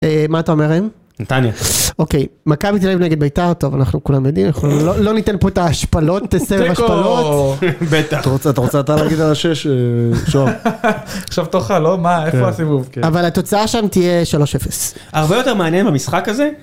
אה מה אתה אומר ראם? נתניה. אוקיי מכבי תל אביב נגד ביתר, טוב אנחנו כולם יודעים לא ניתן פה את ההשפלות, סבב השפלות, תיקו! בטח, אתה רוצה אתה להגיד על השש, שהם? עכשיו תורך לא? מה איפה הסיבוב, אבל התוצאה שם תהיה שלוש אפס, הרבה יותר מעניין במשחק הזה.